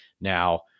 Now